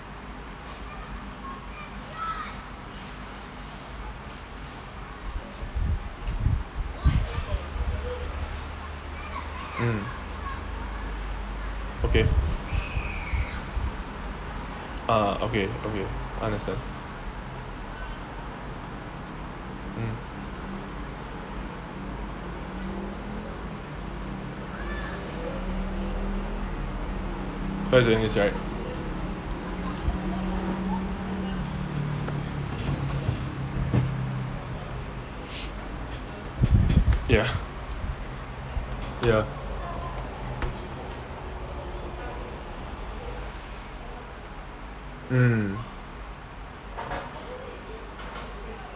mm okay err okay okay understand mm what are you doing this right ya ya mm